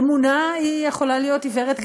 אמונה יכולה להיות עיוורת,